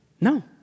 No